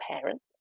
parents